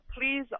Please